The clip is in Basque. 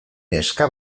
neska